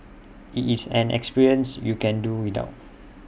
IT is an experience you can do without